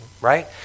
Right